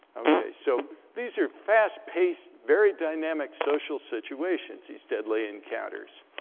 okay, so these are fast-paced, very dynamic social situations, these deadly encounters.